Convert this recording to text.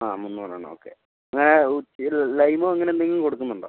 ആ മൂന്നൂറെണ്ണം ഓക്കെ പിന്നെ ലൈമോ അങ്ങനെ എന്തെങ്കിലും കൊടുക്കുന്നുണ്ടോ